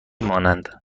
مانند